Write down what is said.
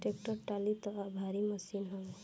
tractor trolley तअ भारी machine हवे